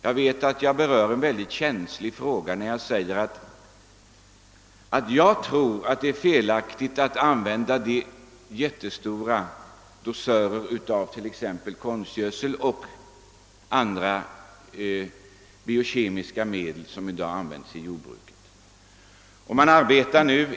Jag vet att jag berör en mycket känslig fråga när jag nu säger att jag tror att det är felaktigt att använda så stora doser av konstgödsel och andra biokemiska medel som man i dag gör i jordbruket.